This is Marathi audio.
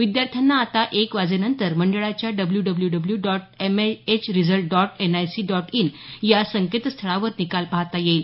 विद्यार्थ्यांना आता एक वाजेनंतर मंडळाच्या W W W dot MAH result dot NIC dot इनया संकेतस्थळावर निकाल पाहता येईल